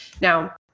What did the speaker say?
Now